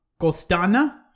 Costana